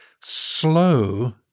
slow